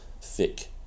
thick